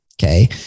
Okay